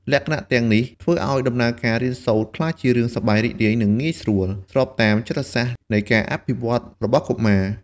លក្ខណៈទាំងនេះធ្វើឲ្យដំណើរការរៀនសូត្រក្លាយជារឿងសប្បាយរីករាយ និងងាយស្រួល ស្របតាមចិត្តសាស្ត្រនៃការអភិវឌ្ឍន៍របស់កុមារ។